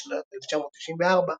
בשנת 1994,